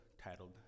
titled